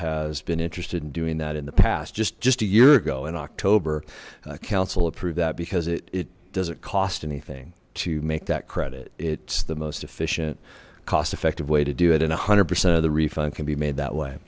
has been interested in doing that in the past just just a year ago in october council approved that because it doesn't cost anything to make that credit it's the most efficient cost effective way to do it and a hundred percent of the refund can be made that way